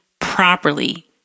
properly